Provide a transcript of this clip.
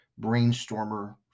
Brainstormer